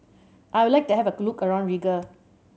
I would like to have a look around Riga